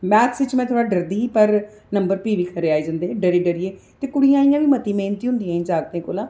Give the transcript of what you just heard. math च में थोह्ड़ा डरदी ही पर नम्बर फ्ही बी खरे आई जंदे हे डरी डरियै ते कुड़ियां इ'यां बी मती मैह्नती होंदियां जागतें कोला